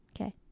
Okay